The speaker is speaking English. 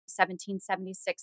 1776